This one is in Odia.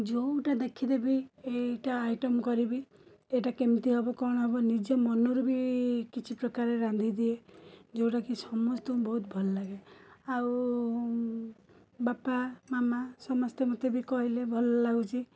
ଯେଉଁଟା ଦେଖିଦେବି ଏଇଟା ଆଇଟମ୍ କରିବି ଏଇଟା କେମତି ହବ କ'ଣ ହବ ନିଜ ମନ ରୁ ବି କିଛିପ୍ରକାର ରାନ୍ଧିଦିଏ ଯେଉଁଟାକି ସମସ୍ତଙ୍କୁ ବହୁତ ଭଲଲାଗେ ଆଉ ବାପା ମାମା ସମସ୍ତେ ମୋତେ ବି କହିଲେ ଭଲ ଲାଗୁଛି